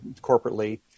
corporately